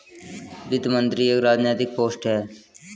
वित्त मंत्री एक राजनैतिक पोस्ट है